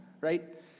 right